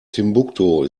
timbuktu